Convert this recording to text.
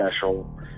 special